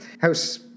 House